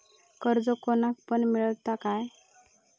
कर्ज कोणाक पण मेलता काय?